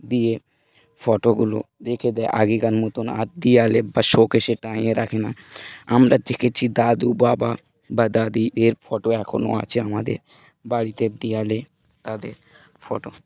দিয়ে ফটোগোগুলো রেখে দেয় আগেকার মতন আর দেওয়ালে বা শোকে সে টাঙিয়ে রাখে না আমরা দেখেছি দাদু বাবা বা দাদি এর ফটো এখনও আছে আমাদের বাড়িতে দেওয়ালে তাদের ফটো